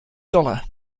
dollar